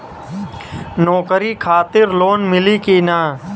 नौकरी खातिर लोन मिली की ना?